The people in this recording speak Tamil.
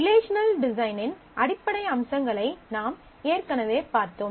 ரிலேஷனல் டிசைனின் அடிப்படை அம்சங்களை நாம் ஏற்கனவே பார்த்தோம்